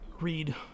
read